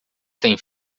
tem